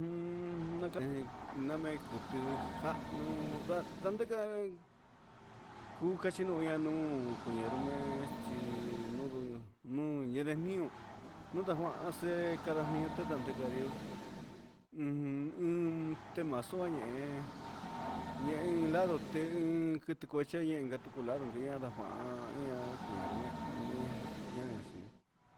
Namequi tii jah nuu ju cachi nuun cuii numee chi ñɨvi temasuañe ñehen helado quɨti cuete jeen cueen gueen tucu lado guía cuahan ian ñaian.